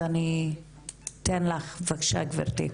אז אני אתן לך בבקשה גבירתי.